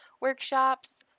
workshops